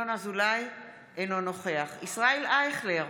אינו נוכח ישראל אייכלר,